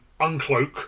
uncloak